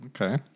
Okay